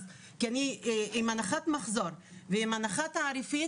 כי אני עם הנחת מחזור ועם הנחה תעריפים